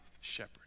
shepherd